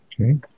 Okay